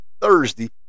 Thursday